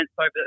over